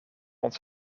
ons